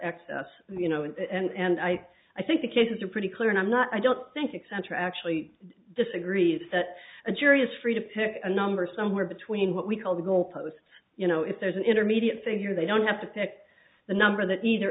x you know and i i think the cases are pretty clear and i'm not i don't think center actually disagrees that a jury is free to pick a number somewhere between what we call the goalposts you know if there's an intermediate figure they don't have to pick the number that either